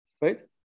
right